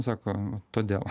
sako todėl